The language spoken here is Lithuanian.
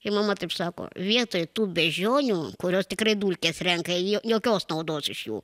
ir mama taip sako vietoj tų beždžionių kurios tikrai dulkes renka jo jokios naudos iš jų